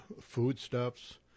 foodstuffs